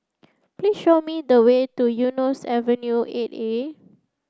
please show me the way to Eunos Avenue Eight A